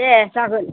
दे जागोन